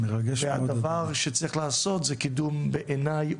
והדבר שצריך לעשות זה קידום בעיני,